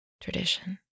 Tradition